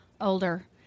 older